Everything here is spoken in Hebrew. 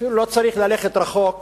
אפילו לא צריך ללכת רחוק